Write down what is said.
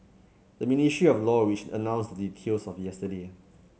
the Ministry of Law which announced the details yesterday